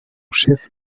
chef